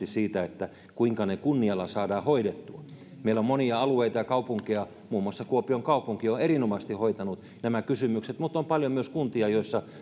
monesti siitä kuinka ne kunnialla saadaan hoidettua meillä on monia alueita ja kaupunkeja muun muassa kuopion kaupunki jotka ovat erinomaisesti hoitaneet nämä kysymykset mutta on paljon myös kuntia joissa